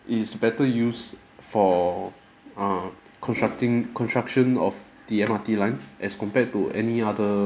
it is better used for err constructing construction of the M_R_T line as compared to any other